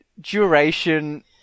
duration